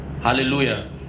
Hallelujah